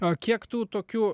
o kiek tų tokių